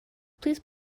please